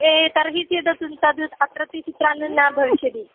ए तर्हि चिद् तद् अत्रत्य चित्रान्नं भविष्यति